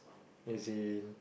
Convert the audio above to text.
as in